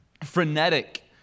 frenetic